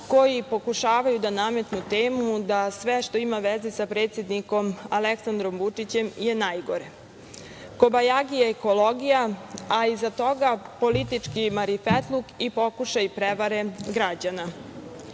koji pokušavaju da nametnu temu da sve što ima veze sa predsednikom Aleksandrom Vučićem je najgore. Kobajagi ekologija, a iza toga politički marifetluk i pokušaj prevare građana. Još